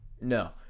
No